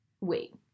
wait